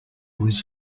was